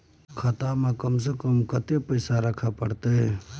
खाता में कम से कम कत्ते पैसा रखे परतै?